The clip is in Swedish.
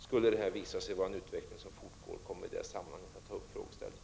Skulle detta visa sig vara en utveckling som fortgår, kommer regeringen i detta sammanhang att ta upp frågeställningen.